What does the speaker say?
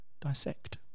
dissect